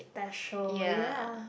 that show ya